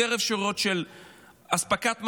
יותר אפשרויות של אספקת מזון,